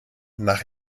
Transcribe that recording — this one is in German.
nach